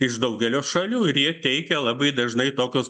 iš daugelio šalių ir jie teikia labai dažnai tokius